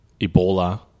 Ebola